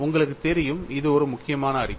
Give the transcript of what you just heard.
உங்களுக்கு தெரியும் இது ஒரு மிக முக்கியமான அறிக்கை